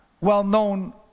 well-known